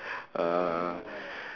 uh